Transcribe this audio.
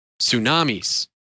tsunamis